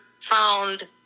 found